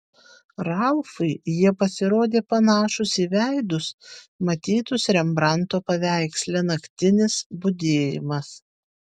ralfui jie pasirodė panašūs į veidus matytus rembranto paveiksle naktinis budėjimas